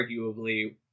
arguably